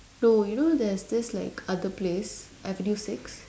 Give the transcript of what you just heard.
no you know there's this other place avenue six